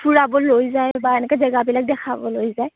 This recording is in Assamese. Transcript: ফুৰাব লৈ যায় বা এনেকৈ জেগাবিলাক দেখাব লৈ যায়